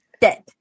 Dead